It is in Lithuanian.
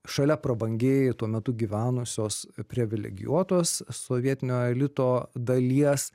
šalia prabangiai tuo metu gyvenusios privilegijuotos sovietinio elito dalies